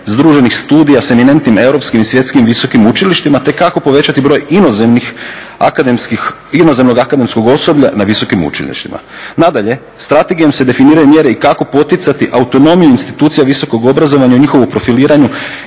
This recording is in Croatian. s eminentnim europskim i svjetskim visokim učilištima te kako povećati broj inozemnog akademskog osoblja na visokim učilištima. Nadalje, strategijom se definiraju mjere i kako poticati autonomiju institucija visokog obrazovanja o njihovu profiliranju